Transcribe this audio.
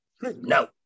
no